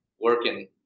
working